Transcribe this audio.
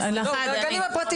סליחה הגנים הפרטיים.